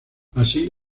así